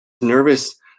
nervous